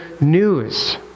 news